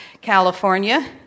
California